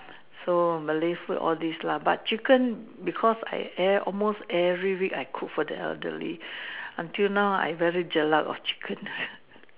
so Malay food all this lah but chicken because I ev~ every almost every week I cook for the elderly until now I very jelak of chicken